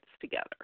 together